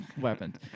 weapons